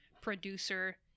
producer